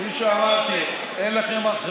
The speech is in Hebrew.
בסופו של עניין, כפי שאמרתי, אין לכם אחריות.